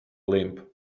limp